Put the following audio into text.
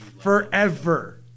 Forever